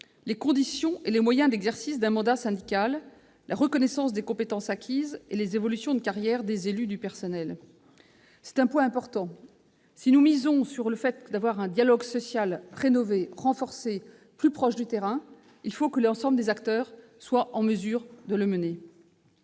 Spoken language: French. -les conditions et les moyens d'exercice d'un mandat syndical, la reconnaissance des compétences acquises et les évolutions de carrière des élus du personnel. C'est un point important. Si nous misons sur un dialogue social rénové, renforcé, plus proche du terrain, il faut que l'ensemble des acteurs soit en mesure de le mener.